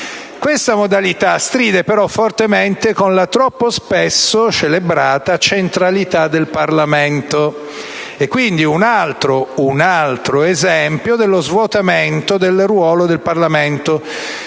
Questa modalità, però, stride fortemente con la troppo spesso celebrata centralità del Parlamento. È quindi un altro esempio dello svuotamento del ruolo del Parlamento, sempre